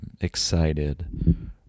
excited